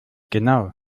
genau